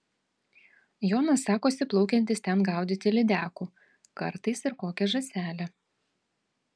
jonas sakosi plaukiantis ten gaudyti lydekų kartais ir kokią žąselę